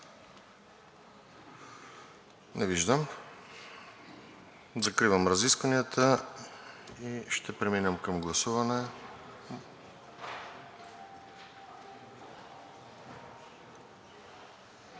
Не виждам. Закривам разискванията и ще преминем към гласуване.